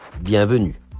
bienvenue